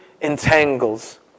entangles